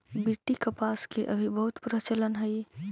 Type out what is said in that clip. BT कपास के अभी बहुत प्रचलन हई